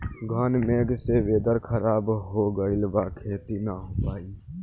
घन मेघ से वेदर ख़राब हो गइल बा खेती न हो पाई